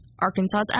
Arkansas's